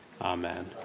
Amen